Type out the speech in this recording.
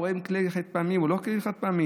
הוא רואה כלים חד-פעמיים או לא כלים חד-פעמיים?